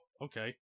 Okay